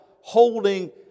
holding